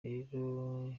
rero